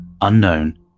unknown